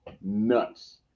nuts